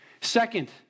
Second